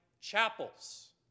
chapels